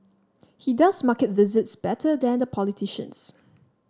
he does market visits better than the politicians